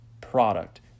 product